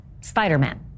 Spider-Man